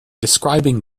describing